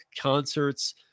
concerts